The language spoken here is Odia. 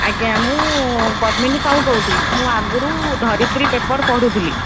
ଆଜ୍ଞା ମୁଁ ପଦ୍ମିନୀ ସାହୁ କହୁଥିଲି ମୁଁ ଆଗରୁ ଧରିତ୍ରୀ ପେପର୍ ପଢ଼ୁଥିଲି